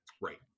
right